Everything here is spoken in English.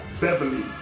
Beverly